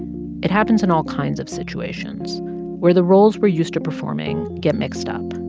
it happens in all kinds of situations where the roles we're used to performing get mixed up